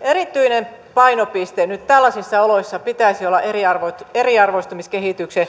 erityinen painopiste nyt tällaisissa oloissa pitäisi olla eriarvoistumiskehityksen